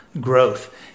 growth